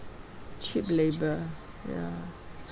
cheap labor ya